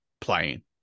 playing